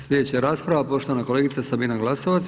Sljedeća rasprava poštovana kolegica Sabina Glasovac.